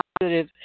positive